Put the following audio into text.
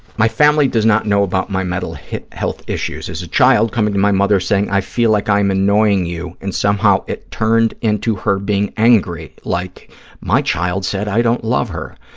my family does not know about my mental health issues. as a child, coming to my mother saying, i feel like i am annoying you, and somehow it turned into her being angry, like my child said i don't love her.